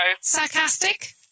Sarcastic